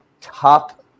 top